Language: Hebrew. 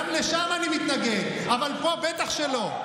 גם לשם אני מתנגד, אבל פה, בטח שלא.